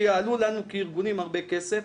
שיעלו לנו כארגונים הרבה כסף,